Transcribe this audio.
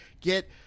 Get